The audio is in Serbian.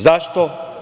Zašto?